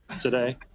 today